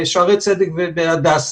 בשערי צדק ובהדסה.